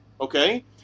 okay